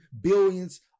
billions